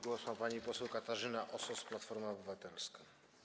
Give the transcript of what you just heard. Głos ma pani poseł Katarzyna Osos, Platforma Obywatelska.